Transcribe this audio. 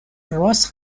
رآس